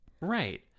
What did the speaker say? Right